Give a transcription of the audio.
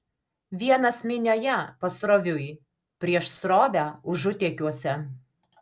vienas minioje pasroviui prieš srovę užutėkiuose